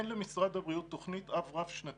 אי ן למשרד הבריאות תוכנית אב רב-שנתית